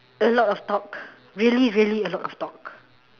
a lot of talk really really a lot of talk